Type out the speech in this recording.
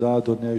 אדוני היושב-ראש,